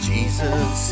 Jesus